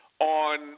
on